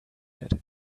said